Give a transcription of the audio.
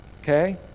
okay